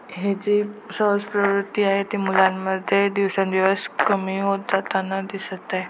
हे जी सहज प्रवृत्ती आहे ती मुलांमध्ये दिवसांदिवस कमी होत जाताना दिसत आहे